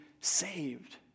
saved